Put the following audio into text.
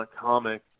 comic